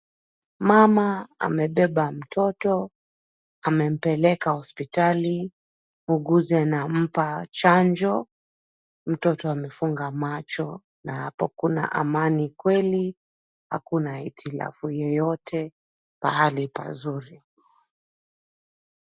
Mama amebeba mtoto, amempeleka hospitali. Muuguzi anampa chanjo. Mtoto amefunga macho na hapo kuna amani kweli hakuna hitilafu yoyote, pahali pazuri.